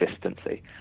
consistency